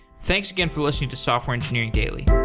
thanks again for listening to software engineering daily.